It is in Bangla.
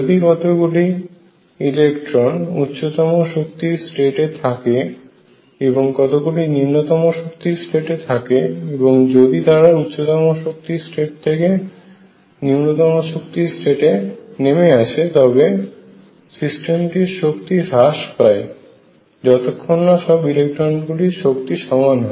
যদি কতগুলি ইলেকট্রন উচ্চতম শক্তির স্টেট এ থাকে এবং কতগুলি নিম্নতম শক্তির স্টেটে থাকে এবং যদি তারা উচ্চতম শক্তি স্টেট থেকে থেকে নিম্নতম শক্তি স্টেটে নেমে আসে তবে সিস্টেমটির শক্তি হ্রাস পায় যতক্ষণ না সব ইলেকট্রনগুলি শক্তি সমান হয়